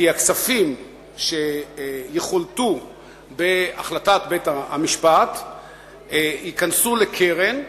כי הכספים שיחולטו בהחלטת בית-המשפט ייכנסו לקרן.